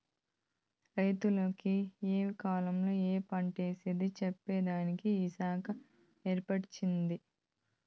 రైతన్నల కి ఏ కాలంలో ఏ పంటేసేది చెప్పేదానికి ఈ శాఖ ఏర్పాటై దాది